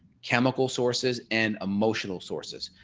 chemical sources, and emotional sources,